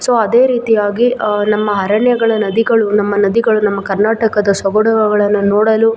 so ಅದೇ ರೀತಿಯಾಗಿ ನಮ್ಮ ಅರಣ್ಯಗಳ ನದಿಗಳು ನಮ್ಮ ನದಿಗಳು ನಮ್ಮ ಕರ್ನಾಟಕದ ಸೊಗಡುಗಳನ್ನು ನೋಡಲು